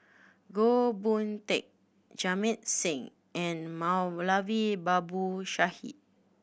Goh Boon Teck Jamit Singh and Moulavi Babu Sahib